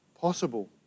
possible